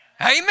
Amen